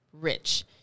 rich